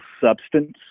substance